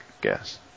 guess